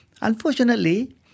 Unfortunately